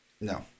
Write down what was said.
No